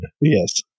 Yes